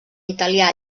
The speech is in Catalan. italià